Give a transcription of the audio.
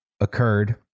occurred